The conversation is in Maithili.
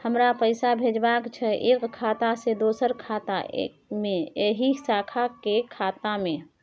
हमरा पैसा भेजबाक छै एक खाता से दोसर खाता मे एहि शाखा के खाता मे?